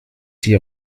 die